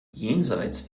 jenseits